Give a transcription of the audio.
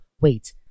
wait